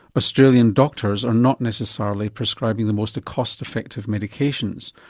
australian doctors are not necessarily prescribing the most cost effective medications,